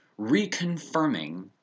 reconfirming